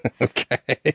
Okay